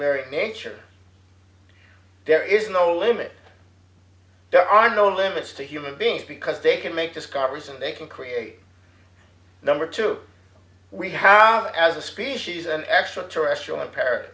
very nature there is no limit there are no limits to human beings because they can make discoveries and they can create number two we have as a species an extra terrestrial imperative